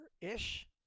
ish